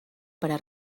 para